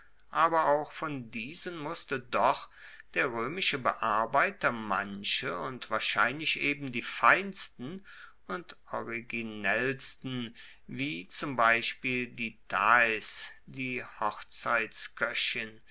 aber auch von diesen musste doch der roemische bearbeiter manche und wahrscheinlich eben die feinsten und originellsten wie zum beispiel die thais die